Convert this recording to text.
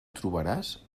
trobaràs